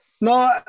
No